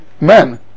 men